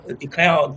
declare